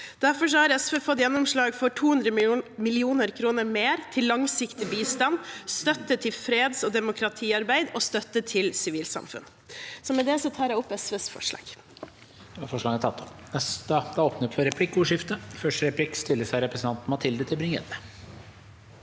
Derfor har SV fått gjennomslag for 200 mill. kr mer til langsiktig bistand, støtte til freds- og demokratiarbeid og støtte til sivilsamfunn. Med det tar jeg opp SVs forslag.